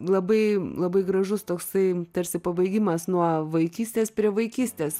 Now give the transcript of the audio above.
labai labai gražus toksai tarsi pabaigimas nuo vaikystės prie vaikystės